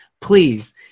please